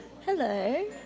Hello